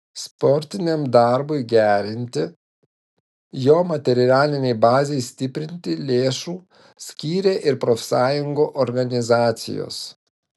sportiniam darbui gerinti jo materialinei bazei stiprinti lėšų skyrė ir profsąjungų organizacijos